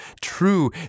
true